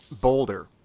Boulder